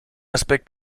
aspekt